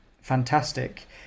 fantastic